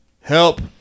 Help